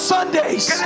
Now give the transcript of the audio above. Sundays